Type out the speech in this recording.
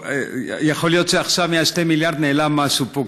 יכול להיות שמ-2 מיליארד עכשיו נעלם פה משהו.